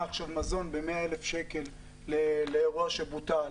מזון ב-100,000 שקלים לאירוע שבוטל,